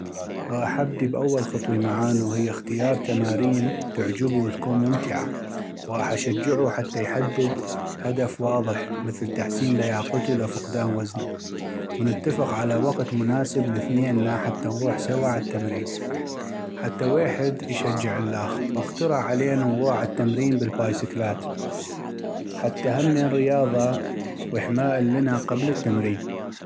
غاح ابدي باول خطوي معانو هي اختار تمارين تعجبو وتكون ممتعة وغاح اشجعو حتى يحدد هدف واضح مثل تحسين لياقتو لو فقدان وزنو ، ونتفق على وقت مناسب لثنينا حتى نغوح سوى عالتمرين حتى ويحد يشجع اللاخ ، واقترح علينو نغوح عالتمرين بالبايسكلات حتى همين رياضة واحماء النا قبل التمرين